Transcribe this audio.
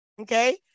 Okay